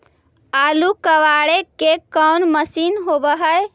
आलू कबाड़े के कोन मशिन होब है?